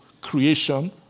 creation